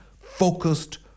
focused